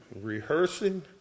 rehearsing